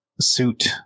suit